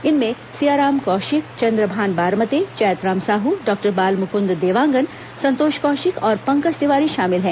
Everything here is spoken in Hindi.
इनमें सियाराम कौशिक चन्द्रभान बारमते चैतराम साहू डॉक्टर बालमुकुंद देवांगन संतोष कौशिक और पंकज तिवारी शामिल हैं